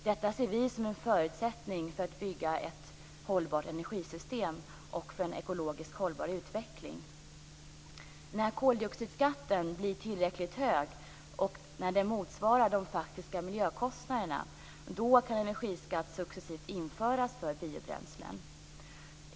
Detta ser vi som en förutsättning för att bygga ett hållbart energisystem och för en ekologiskt hållbar utveckling. När koldioxidskatten blir tillräckligt hög och när den motsvarar de faktiska miljökostnaderna kan energiskatt successivt införas för biobränslen.